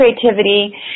creativity